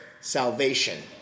salvation